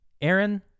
Aaron